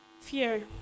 Fear